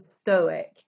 stoic